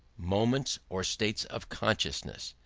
moments or states of consciousness.